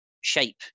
shape